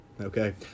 okay